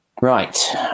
Right